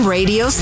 Radio